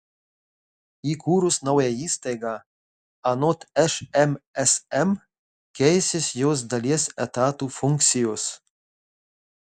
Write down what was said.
įkūrus naują įstaigą anot šmsm keisis jos dalies etatų funkcijos